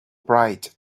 bright